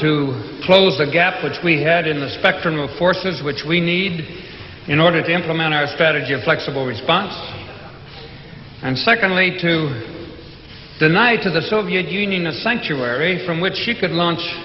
to close the gap which we had in the spectrum of forces which we need in order to implement our strategy of flexible response and secondly to deny to the soviet union a sanctuary from which you could launch